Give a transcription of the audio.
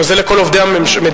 לא, זה לכל עובדי המדינה.